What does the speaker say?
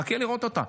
מחכה לראות אותה.